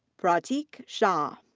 prateek shah.